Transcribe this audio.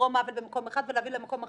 לגרוע במקום אחד ולהביא למקום אחר,